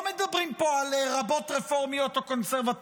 לא מדברים פה על רבות רפורמיות או קונסרבטיביות.